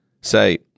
Say